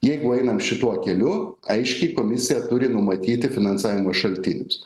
jeigu einam šituo keliu aiškiai komisija turi numatyti finansavimo šaltinius